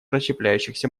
расщепляющихся